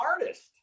artist